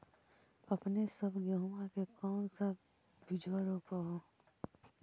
अपने सब गेहुमा के कौन सा बिजबा रोप हू?